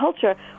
culture